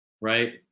right